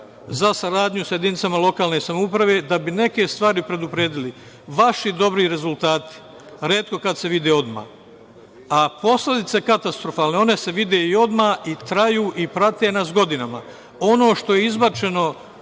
za saradnju sa jedinicama lokalne samouprave da bi neke stvari predupredili. Vaši dobri rezultati retko kada se vide odmah, a posledice katastrofalne. One se vide i odmah i na kraju i prate nas godinama. Ono što je izbačeno,